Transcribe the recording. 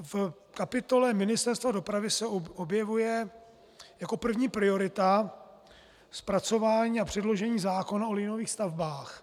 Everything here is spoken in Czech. V kapitole Ministerstva dopravy se objevuje jako první priorita zpracování a předložení zákona o liniových stavbách.